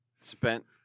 spent